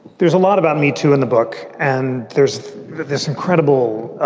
there's a lot about me, too, in the book. and there's this incredible